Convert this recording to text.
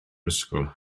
ysgol